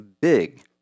big